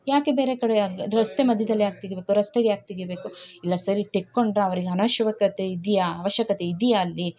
ಯಾಕೆ ಬೇರೆ ಕಡೆ ಅಗ ರಸ್ತೆ ಮಧ್ಯದಲ್ ಯಾಕೆ ತೆಗಿಬೇಕು ರಸ್ತೆಗೆ ಯಾಕೆ ತೆಗಿಬೇಕು ಇಲ್ಲ ಸರ್ ಈ ತೆಕೊಂಡ್ರ ಅವ್ರಿಗೆ ಅನವಶ್ಯಕತೆ ಇದೆಯಾ ಅವಶ್ಯಕತೆ ಇದೆಯಾ ಅಲ್ಲಿ